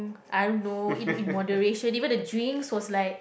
I don't know in in moderation even the drinks was like